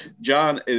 John